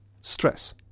stress